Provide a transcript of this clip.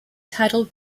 title